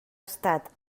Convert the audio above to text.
estat